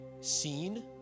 seen